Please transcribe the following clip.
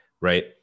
right